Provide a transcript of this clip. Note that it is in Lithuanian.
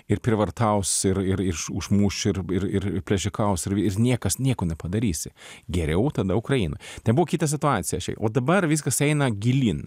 ir prievartaus ir ir iš užmuš ir ir ir plėšikaus ir niekas nieko nepadarysi geriau tada ukrainoj ten buvo kita situacija o dabar viskas eina gilyn